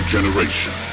generation